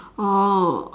oh